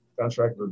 contract